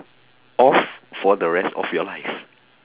off for the rest of your life